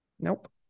Nope